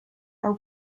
are